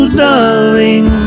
darling